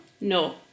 No